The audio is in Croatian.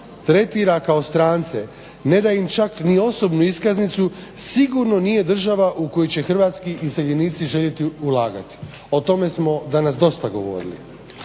tretira kao strance, neda im čak ni osobnu iskaznicu sigurno nije država u koju će hrvatski iseljenici željeti ulagati, a o tome smo danas dosta govorili.